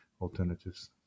alternatives